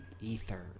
ether